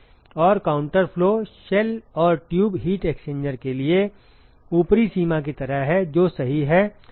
और counter flow shell और tube heat exchanger के लिए ऊपरी सीमा की तरह है जो सही है